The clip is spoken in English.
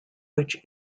which